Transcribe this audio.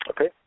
Okay